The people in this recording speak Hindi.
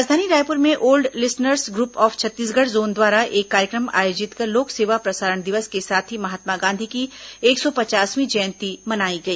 राजधानी रायपुर में old listeners group of Chhattisgarh zone द्वारा एक कार्यक्रम आयोजित कर लोक सेवा प्रसारण दिवस के साथ ही महात्मा गांधी की एक सौ पचासवीं जयंती मनाई गई